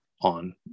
on